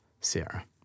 Sarah